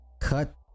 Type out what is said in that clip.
Cut